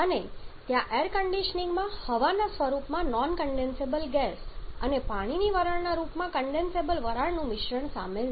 અને ત્યાં એર કન્ડીશનીંગમાં હવાના સ્વરૂપમાં નોન કન્ડેન્સેબલ ગેસ અને પાણીની વરાળના રૂપમાં કન્ડેન્સેબલ વરાળનું મિશ્રણ સામેલ છે